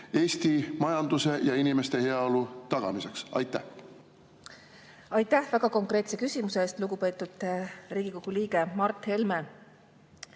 Eesti majanduse ja inimeste heaolu tagamiseks? Aitäh väga konkreetse küsimuse eest, lugupeetud Riigikogu liige Mart Helme!